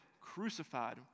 crucified